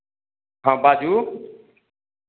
हँ बाजू